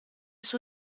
suo